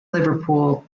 liverpool